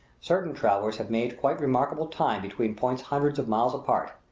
certain travellers have made quite remarkable time between points hundreds of miles apart.